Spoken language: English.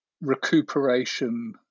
recuperation